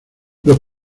los